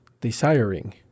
desiring